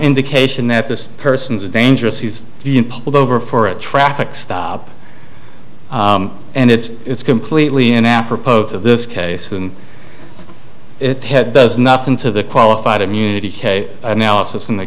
indication that this person's dangerous he's being pulled over for a traffic stop and it's completely in apropos to this case and it had does nothing to the qualified immunity analysis in the